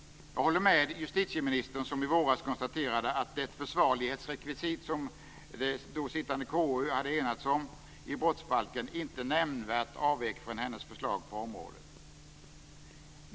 Jag håller med justitieministern, som i våras konstaterade att det försvarslighetsrekvisit som det då sittande KU hade enats om i brottsbalken inte nämnvärt avvek från hennes förslag på området.